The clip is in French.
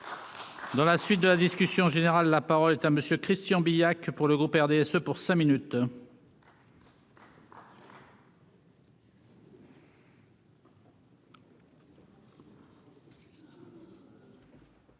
Dans la suite de la discussion générale, la parole est à monsieur Christian Billac pour le groupe RDSE pour cinq minutes.